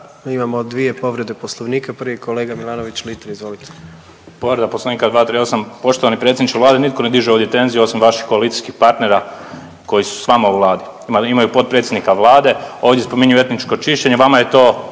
Imamo dvije povrede Poslovnika, prvi je kolega Milanović Litre. Izvolite. **Milanović Litre, Marko (Hrvatski suverenisti)** Povreda Poslovnika 238., poštovani predsjedniče Vlade nitko ne diže ovdje tenziju osim vaših koalicijskih partnera koji su s vama u Vladi. Imaju potpredsjednika Vlade, ovdje spominju etničko čišćenje, vama je to